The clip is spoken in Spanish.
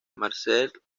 marcel